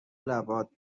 لبات